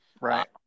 Right